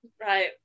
right